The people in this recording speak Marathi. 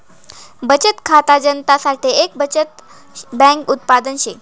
बचत खाता जनता साठे एक बचत बैंक उत्पादन शे